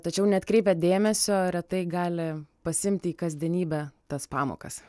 tačiau neatkreipę dėmesio retai gali pasiimti į kasdienybę tas pamokas